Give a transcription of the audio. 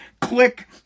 Click